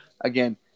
again